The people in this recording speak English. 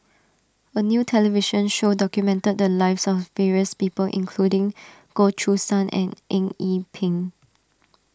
a new television show documented the lives of various people including Goh Choo San and Eng Yee Peng